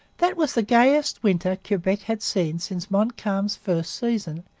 that was the gayest winter quebec had seen since montcalm's first season,